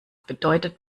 bedeutet